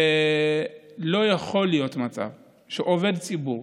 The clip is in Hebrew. שלא יכול להיות מצב שעובד ציבור,